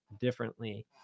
differently